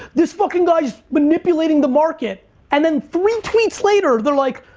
this fucking guy's manipulating the market and then three tweets later they're like,